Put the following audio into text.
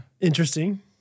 Interesting